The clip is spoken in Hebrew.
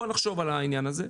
נחשוב על העניין הזה.